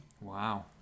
Wow